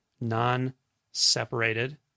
non-separated